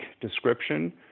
description